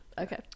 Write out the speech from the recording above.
Okay